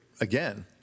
again